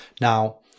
Now